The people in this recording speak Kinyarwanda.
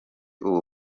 ubu